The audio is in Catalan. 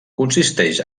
consisteix